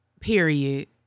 Period